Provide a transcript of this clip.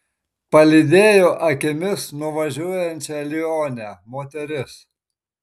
palydėjo akimis nuvažiuojančią lionę moteris